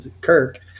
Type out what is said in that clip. kirk